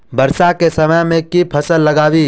वर्षा केँ समय मे केँ फसल लगाबी?